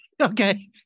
Okay